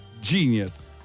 genius